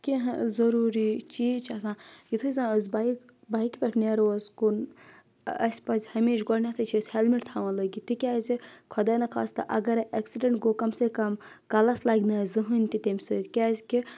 کینٛہہ ضٔروٗری چیٖز چھِ آسان یِتھُے سۄ ٲسۍ بایِک بایِکہِ پؠٹھ نیٚرَو کُن اَسہِ پَزِ ہمیشہِ گۄڈنؠتھٕے چھِ أسۍ ہِیٚلمِٹ تھاوان لٲگِتھ تِکیٛازِ خۄدانہٕ خاستہٕ تہِ اگرَے ایٚکسِڈؠنٛٹ گوٚو کَم سے کَم کَلَس لَگہِ نہٕ زٕہٕنۍ تہِ تمہِ سۭتۍ کِیَازکہِ